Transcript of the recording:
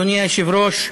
אדוני היושב-ראש,